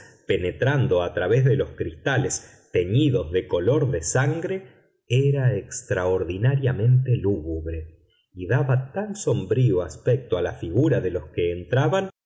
penetrando a través de los cristales teñidos de color de sangre era extraordinariamente lúgubre y daba tan sombrío aspecto a la figura de los que entraban